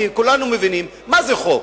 כולנו מבינים, מה זה חוק?